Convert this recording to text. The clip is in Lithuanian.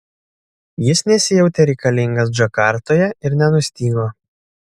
jis nesijautė reikalingas džakartoje ir nenustygo